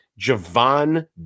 Javon